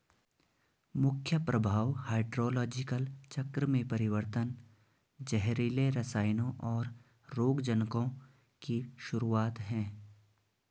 मुख्य प्रभाव हाइड्रोलॉजिकल चक्र में परिवर्तन, जहरीले रसायनों, और रोगजनकों की शुरूआत हैं